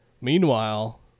Meanwhile